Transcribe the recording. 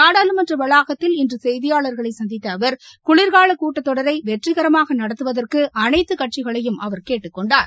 நாடாளுமன்ற வளாகத்தில் இன்று செய்தியாளா்களை சந்தித்த அவா் குளிகால கூட்டத்தொடரை வெற்றிகரமாக நடத்துவதற்கு அனைத்து கட்சிகளையும் அவர் கேட்டுக்கொண்டார்